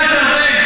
תודה.